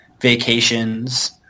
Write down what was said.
vacations